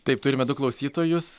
taip turime du klausytojus